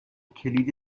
کلید